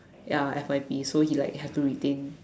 ya F_Y_P so he like have to like retain